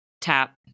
tap